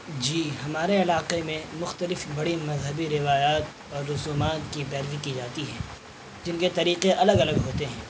جی ہمارے علاقے میں مختلف بڑی مذہبی روایات اور رسومات کی پیروی کی جاتی ہے جن کے طریقے الگ الگ ہوتے ہیں